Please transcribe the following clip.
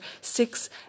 six